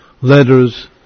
letters